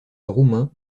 roumain